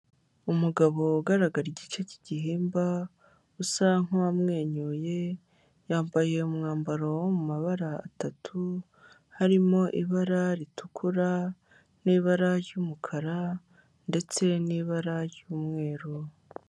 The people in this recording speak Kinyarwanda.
Umugabo ugaragara igice k'igihimba gusa nk'uwamwenyuye yambaye umwambaro, wo mu mabara atatu harimo ibara ritukura n'ibara ry'umukara ndetse n'ibara ry'umweru.